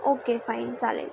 okay fine चालेल